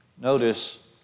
notice